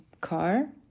car